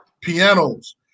pianos